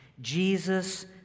Jesus